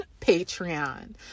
Patreon